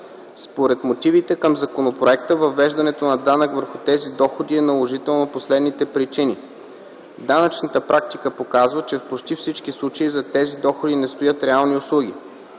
Според мотивите към законопроекта въвеждането на данък върху тези доходи е наложително по следните причини: - данъчната практика показва, че в почти всички случаи зад тези доходи не стоят реални услуги;